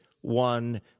one